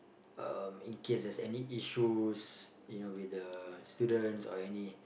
um in case there's any issues you know with the students or any